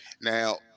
Now